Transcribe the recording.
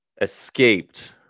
escaped